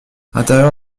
intérieur